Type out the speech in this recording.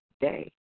day